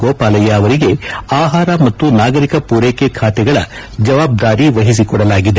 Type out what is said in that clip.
ಗೋಪಾಲಯ್ಯ ಅವರಿಗೆ ಆಹಾರ ಮತ್ತು ನಾಗರಿಕ ಪೂರೈಕೆ ಖಾತೆಗಳ ಜವಾಬ್ದಾರಿ ವಹಿಸಿಕೊಡಲಾಗಿದೆ